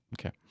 Okay